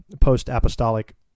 post-apostolic